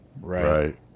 Right